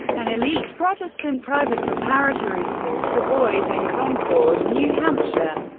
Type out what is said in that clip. an elite protestant private preparatory school for boys in concord, new hampshire,